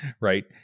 Right